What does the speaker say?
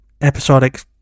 episodic